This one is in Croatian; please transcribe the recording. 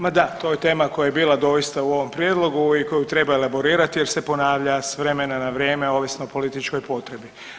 Ma da, to je tema koja je bila doista u ovom prijedlogu i koju treba elaborirat jer se ponavlja s vremena na vrijeme ovisno o političkoj potrebi.